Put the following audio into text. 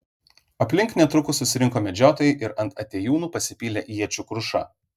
aplink netrukus susirinko medžiotojai ir ant atėjūnų pasipylė iečių kruša